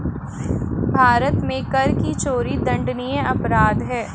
भारत में कर की चोरी दंडनीय अपराध है